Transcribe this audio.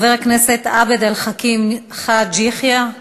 חבר הכנסת עבד אל חכים חאג' יחיא,